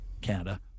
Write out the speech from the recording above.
Canada